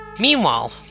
Meanwhile